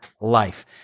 life